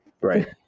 Right